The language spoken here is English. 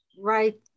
right